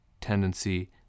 tendency